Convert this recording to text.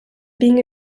being